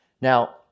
Now